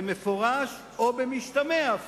במפורש או במשתמע,